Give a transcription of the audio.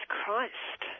Christ